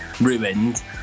ruined